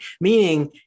Meaning